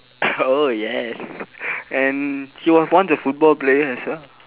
oh yes and he was once a football player as well